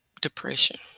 depression